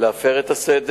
להפר את הסדר.